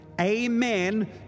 amen